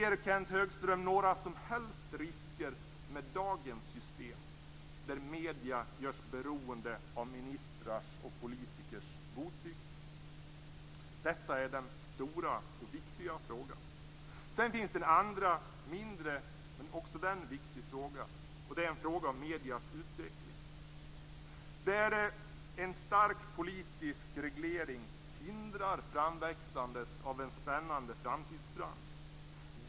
Ser Kenth Högström några som helst risker med dagens system, där medierna görs beroende av ministrars och politikers godtycke? Detta är den stora och viktiga frågan. Sedan finns det en annan mindre fråga, men också den är viktig, och det är en fråga om mediernas utveckling. En stark politisk reglering hindrar framväxandet av en spännande framtidsbransch.